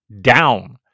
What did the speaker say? down